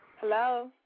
Hello